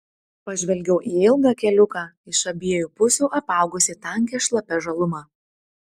pažvelgiau į ilgą keliuką iš abiejų pusių apaugusį tankia šlapia žaluma